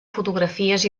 fotografies